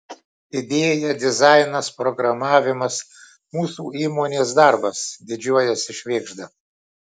idėja dizainas programavimas mūsų įmonės darbas didžiuojasi švėgžda